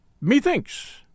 Methinks